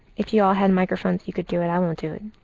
if you all had microphones, you could do it. i won't do it.